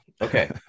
Okay